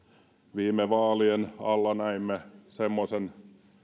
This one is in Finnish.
viime vaalien alla näimme semmoisen